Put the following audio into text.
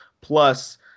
plus